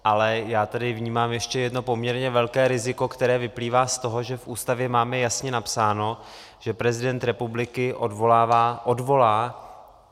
Ale já tedy vnímám ještě jedno poměrně velké riziko, které vyplývá z toho, že v Ústavě máme jasně napsáno, že prezident republiky odvolá...